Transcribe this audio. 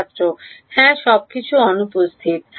ছাত্র হ্যাঁ সবকিছুর অনুপস্থিতি